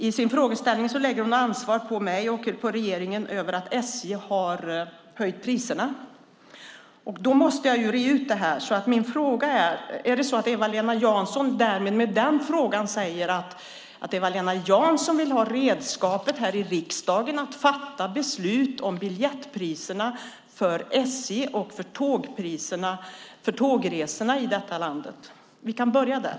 I sin frågeställning lägger hon ansvaret på mig och på regeringen för att SJ har höjt priserna. Det måste jag reda ut och därför är min fråga: Är det så att Eva-Lena Jansson med den frågan säger att Eva-Lena Jansson vill ha redskapet här i riksdagen att fatta beslut om biljettpriserna hos SJ för tågresorna i detta land? Vi kan börja där.